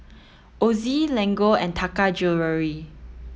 Ozi Lego and Taka Jewelry